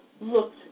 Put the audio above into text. looked